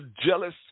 jealous